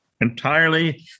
entirely